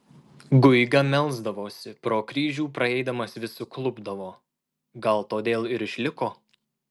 guiga melsdavosi pro kryžių praeidamas vis suklupdavo gal todėl ir išliko